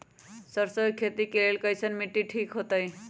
सरसों के खेती के लेल कईसन मिट्टी ठीक हो ताई?